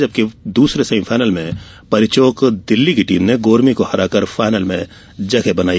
वहीं दूसरे सेमिफायनल में परीचौक दिल्ली की टीम ने गोरमी को हराकर फायनल में जगह बनाई